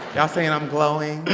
y'all saying i'm glowing?